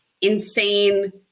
insane